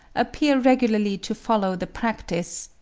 appear regularly to follow the practice,